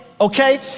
okay